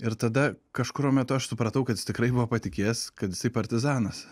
ir tada kažkuriuo metu aš supratau kad is tikrai patikės kad isai partizanas